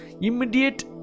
immediate